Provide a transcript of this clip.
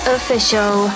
Official